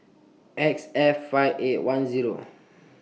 X F five eight one Zero